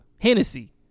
Hennessy